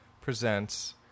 Presents